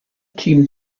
teams